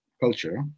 culture